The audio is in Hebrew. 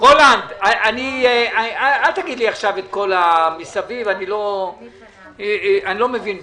אל תגיד עכשיו את כל מה שמסביב, אני לא מבין בזה.